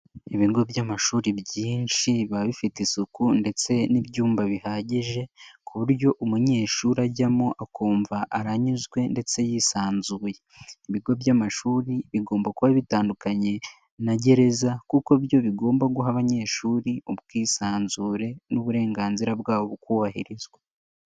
Ibigo by'amashuri byinshi, biba bifite isuku ndetse n'ibyumba bihagije, ku buryo umunyeshuri ajyamo akumva aranyuzwe ndetse yisanzuye. Ibigo by'amashuri bigomba kuba bitandukanye na Gereza kuko byo bigomba guha abanyeshuri ubwisanzure, n'uburenganzira bwabo bukubahirizwa.